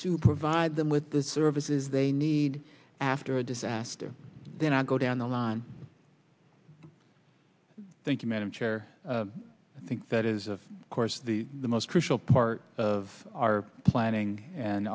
to provide them with the services they need after a disaster then i go down the line thank you madam chair i think that is of course the the most crucial part of our planning and